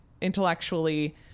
intellectually